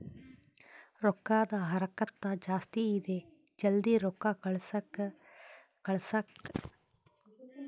ರೊಕ್ಕದ ಹರಕತ್ತ ಜಾಸ್ತಿ ಇದೆ ಜಲ್ದಿ ರೊಕ್ಕ ಕಳಸಕ್ಕೆ ಏನಾರ ಬ್ಯಾರೆ ಆಪ್ಷನ್ ಐತಿ?